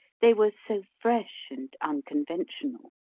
they were so fresh and unconventional.